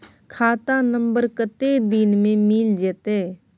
खाता नंबर कत्ते दिन मे मिल जेतै?